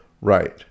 Right